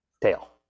tail